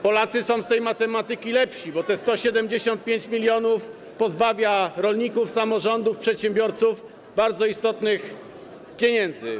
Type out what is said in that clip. Polacy są z tej matematyki lepsi, bo to 175 mln pozbawia rolników, samorządy, przedsiębiorców bardzo istotnych pieniędzy.